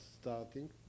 starting